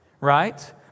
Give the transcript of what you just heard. right